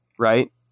Right